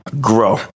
grow